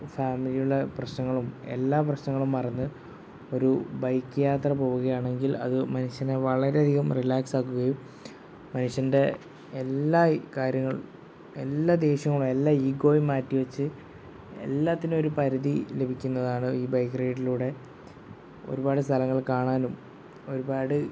ഫാമിലിയുള്ള പ്രശ്നങ്ങളും എല്ലാ പ്രശ്നങ്ങളും മറന്ന് ഒരു ബൈക്ക് യാത്ര പോവുക ആണെങ്കിൽ അത് മനുഷ്യനെ വളരെ അധികം റിലാക്സാക്കുകയും മനുഷ്യൻ്റെ എല്ലായ് കാര്യങ്ങൾ എല്ലാ ദേഷ്യങ്ങളും എല്ലാ ഈഗോയും മാറ്റി വെച്ച് എല്ലാത്തിനും ഒരു പരിധി ലഭിക്കുന്നതാണ് ഈ ബൈക്ക് റൈഡിലൂടെ ഒരുപാട് സ്ഥലങ്ങൾ കാണാനും ഒരുപാട്